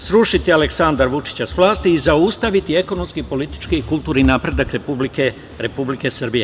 Srušiti Aleksandra Vučića sa vlasti i zaustaviti ekonomski, politički i kulturni napredak Republike Srbije.